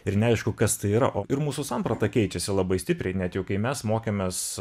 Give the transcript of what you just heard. ir neaišku kas tai yra o ir mūsų samprata keičiasi labai stipriai net jau kai mes mokėmės